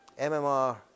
MMR